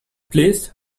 please